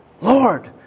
Lord